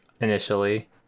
initially